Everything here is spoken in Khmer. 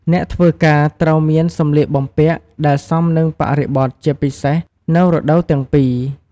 អ្នកធ្វើការត្រូវមានសម្លៀកបំពាក់ដែលសមនឹងបរិបទជាពិសេសនៅរដូវទាំងពីរ។